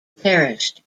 perished